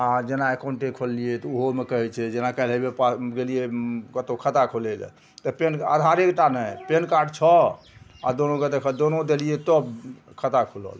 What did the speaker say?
आओर जेना एकाउंटे खोललियै तऽ उहोमे कहय छै जेना करबय गेलियै कतहु खाता खोलय लए तऽ पेन आधारे टा नहि पेनकार्ड छौ आओर दुनूके देखऽ दुनू देलियै तब खाता खुलल